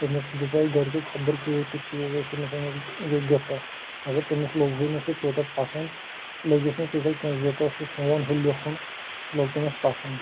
تٔمِس دِژے گرِکؠو خَبَر کۭتۍ تہِ چیٖز تٔمِس أنۍ مٕتۍ گِفٹ مَگَر تٔمِس لۆگُے نہٕ سُہ تیوٗتاہ پَسند لٔگِس نہٕ تیٖتیاہ کینٛہہ یوٗتاہ سُہ سون ہُہ لیوٚکھُن لۆگ تٔمِس پَسند